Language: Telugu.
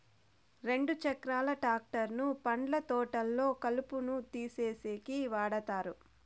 రెండు చక్రాల ట్రాక్టర్ ను పండ్ల తోటల్లో కలుపును తీసేసేకి వాడతారు